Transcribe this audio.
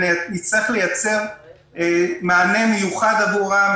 נצטרך לייצר מענה מיוחד עבורם,